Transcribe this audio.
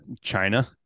China